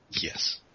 Yes